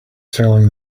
selling